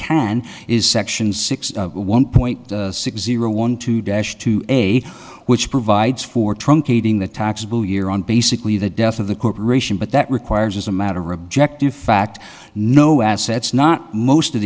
can is section six one point six zero one two dash two a which provides for truncating the taxable year on basically the death of the corporation but that requires as a matter objective fact no assets not most of